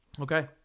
Okay